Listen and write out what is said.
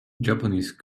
japanese